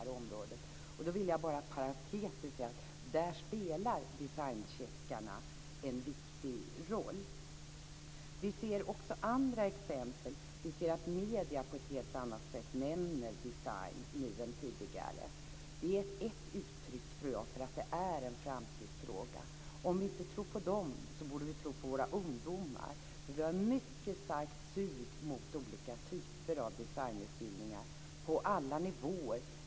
Inom parentes vill jag säga att där spelar designcheckarna en viktig roll. Vi ser också andra exempel. Medierna nämner nu designen på ett helt annat sätt än tidigare. Det tror jag är ett uttryck för att det här är en framtidsfråga. Om vi nu inte tror på dem, borde vi tro på våra ungdomar. Det finns ett mycket starkt sug efter olika typer av designutbildningar på alla nivåer.